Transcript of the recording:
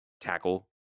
tackle